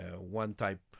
one-type